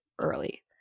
early